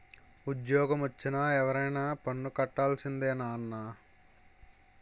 ఉజ్జోగమొచ్చిన ఎవరైనా పన్ను కట్టాల్సిందే నాన్నా